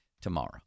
tomorrow